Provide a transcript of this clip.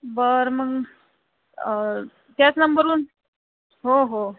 बरं मग त्याच नंबरहून हो हो